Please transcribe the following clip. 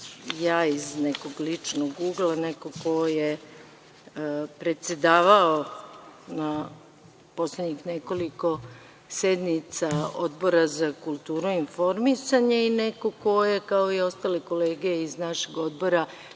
ja iz nekog ličnog ugla, nekog ko je predsedavao na poslednjih nekoliko sednica Odbora za kulturu i informisanje i nekog ko je, kao i ostale kolege iz našeg odbora,